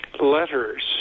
letters